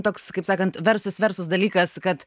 toks kaip sakant versus versus dalykas kad